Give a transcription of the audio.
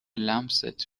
لمست